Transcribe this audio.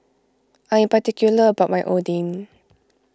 I am particular about my Oden